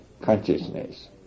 consciousness